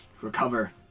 recover